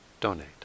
donate